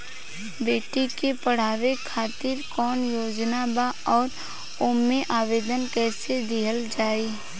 बेटी के पढ़ावें खातिर कौन योजना बा और ओ मे आवेदन कैसे दिहल जायी?